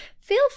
Feel